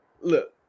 look